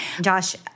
Josh